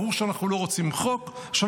ברור שאנחנו לא רוצים טרור.